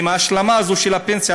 עם ההשלמה הזאת של הפנסיה,